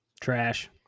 Trash